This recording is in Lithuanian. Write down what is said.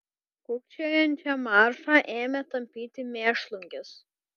kūkčiojančią maršą ėmė tampyti mėšlungis